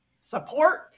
support